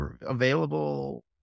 available